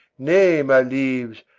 nay, my leaves,